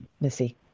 Missy